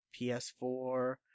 PS4